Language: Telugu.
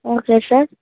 okay sir